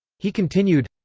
he continued,